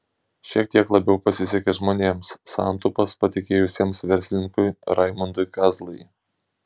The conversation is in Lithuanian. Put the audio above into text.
šiek tiek labiau pasisekė žmonėms santaupas patikėjusiems verslininkui raimundui kazlai